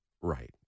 Right